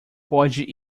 pode